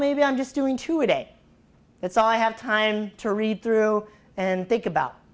maybe i'm just doing two a day that's all i have time to read through and think about